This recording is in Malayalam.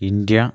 ഇന്ത്യ